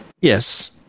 Yes